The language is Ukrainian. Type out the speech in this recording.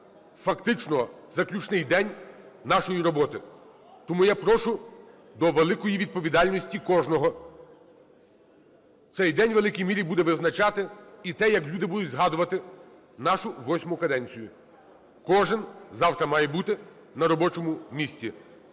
фактично, заключний день нашої роботи. Тому я прошу до великої відповідальності кожного. Цей день в великій мірі буде визначати і те, як люди будуть згадувати нашу восьму каденцію. Кожен завтра має бути на робочому місці.